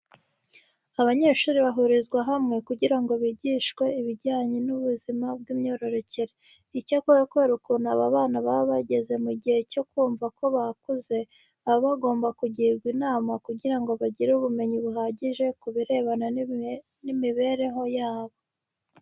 Abanyeshuri bahurizwa hamwe kugira ngo bigishwe ibijyanye n'ubuzima bw'imyororokere. Icyakora kubera ukuntu aba bana baba bageze mu gihe cyo kumva ko bakuze, baba bagomba kugirwa inama kugira ngo bagire ubumenyi buhagije ku birebana n'imibereho yabo.